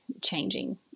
changing